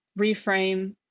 reframe